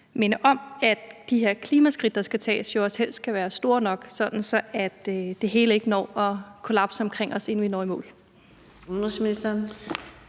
om, at de her klimaskridt, der skal tages, jo også helst skal være store nok, sådan at det hele ikke når at kollapse omkring os, inden vi når i mål.